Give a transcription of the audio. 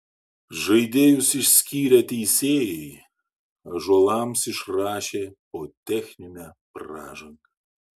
žaidėjus išskyrę teisėjai ąžuolams išrašė po techninę pražangą